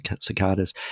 cicadas